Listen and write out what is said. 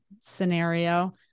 scenario